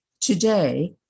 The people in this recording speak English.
Today